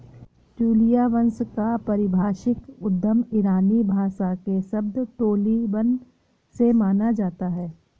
ट्यूलिया वंश का पारिभाषिक उद्गम ईरानी भाषा के शब्द टोलिबन से माना जाता है